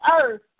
earth